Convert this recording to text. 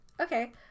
Okay